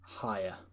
Higher